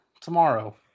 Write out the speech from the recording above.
tomorrow